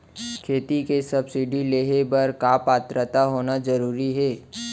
खेती के सब्सिडी लेहे बर का पात्रता होना जरूरी हे?